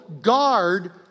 guard